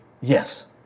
Yes